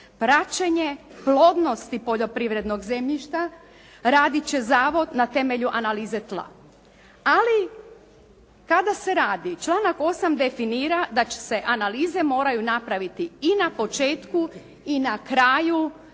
plaćanje plodnosti poljoprivrednog zemljišta, raditi će zavod na temelju analize tla. Ali kada se radi, članak 8. definira da će se analize moraju napraviti i na početku i na kraju